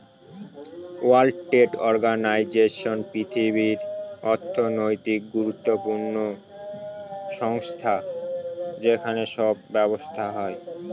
world Trade Organization পৃথিবীর অর্থনৈতিক গুরুত্বপূর্ণ সংস্থা যেখানে সব ব্যবসা হয়